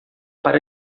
para